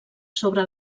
sobre